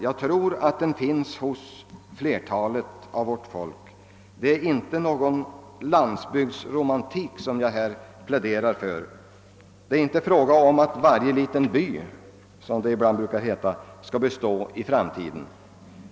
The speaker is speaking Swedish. Jag tror att den finns hos flertalet av vårt folk. Det är inte någon landsbygdsromantik jag nu pläderar för. Det är inte fråga om att »varje liten by», såsom det ibland brukar heta, skall bestå i framtiden.